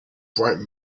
bright